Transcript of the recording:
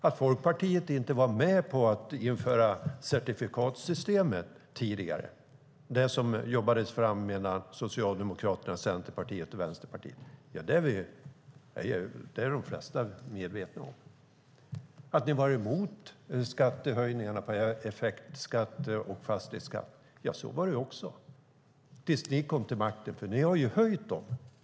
Att Folkpartiet tidigare inte var med på att införa certifikatssystemet, det som jobbades fram mellan Socialdemokraterna, Centerpartiet och Vänsterpartiet, är de flesta medvetna om. Ni var också emot höjningarna av effektskatt och fastighetsskatt, Eva Flyborg. Det var ni emot tills ni kom till makten. Sedan har ni höjt dem.